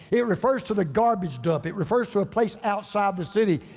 it refers to the garbage dump. it refers to a place outside the city,